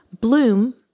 Bloom